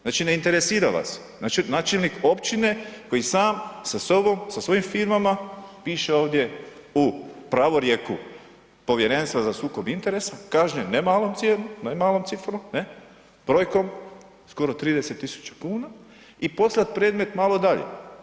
Znači ne interesira vas, načelnik općine koji sam sa sobom sa svojim firmama piše ovdje u pravorijeku Povjerenstva za sukob interesa, kažnjen ne malom cifrom, brojkom skoro 30 tisuća kuna i poslat predmet malo dalje.